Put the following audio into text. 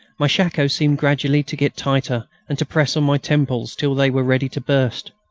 my shako seemed gradually to get tighter and to press on my temples till they were ready to burst.